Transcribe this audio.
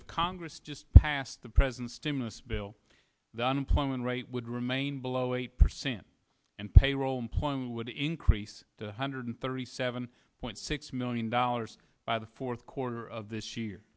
of congress just passed the president's stimulus bill the unemployment rate would remain below eight percent and payroll employment would increase to hundred thirty seven point six million dollars by the fourth quarter of this year